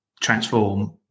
transform